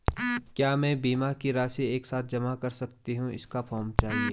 क्या मैं बीमा की राशि एक साथ जमा कर सकती हूँ इसका फॉर्म चाहिए?